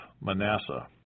Manasseh